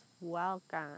welcome